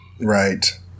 Right